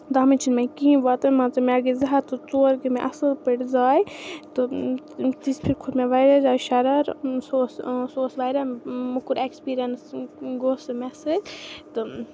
تَتھ منٛز چھِنہٕ مےٚ کِہیٖنۍ واتَن مان ژٕ مےٚ گٔے زٕ ہَتھ تہٕ ژور گٔے مےٚ اَصٕل پٲٹھۍ زایہِ تہٕ تِژھ پھِر کھوٚت مےٚ واریاہ زیادٕ شَرار سُہ اوس سُہ اوس واریاہ موٚکُر ایٚکٕسپیٖریَنٕس گوٚو سُہ مےٚ سۭتۍ تہٕ